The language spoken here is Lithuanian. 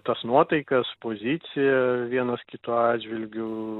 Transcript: tas nuotaikas poziciją vienas kito atžvilgiu